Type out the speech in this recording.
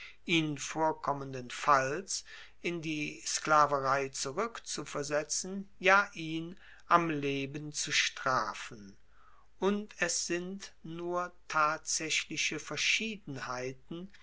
ihn vorkommenden falls in die sklaverei zurueckzuversetzen ja ihn am leben zu strafen und es sind nur tatsaechliche verschiedenheiten